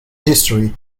history